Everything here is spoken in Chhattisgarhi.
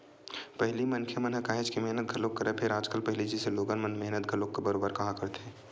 पहिली मनखे मन ह काहेच के मेहनत घलोक करय, फेर आजकल पहिली जइसे लोगन मन ह मेहनत घलोक बरोबर काँहा करथे